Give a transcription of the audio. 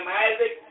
Isaac